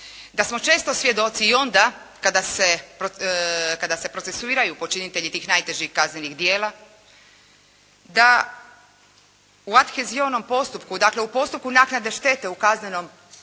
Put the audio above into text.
Da smo često svjedoci onda kada se procesuiraju počinitelji tih najtežih kaznenih djela, da u adhezionom postupku, dakle u postupku naknadne štete u kaznenom postupku,